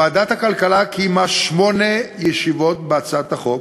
ועדת הכלכלה קיימה שמונה ישיבות בהצעת החוק